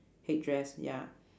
headdress ya